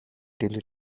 daily